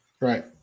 Right